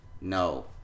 No